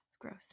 gross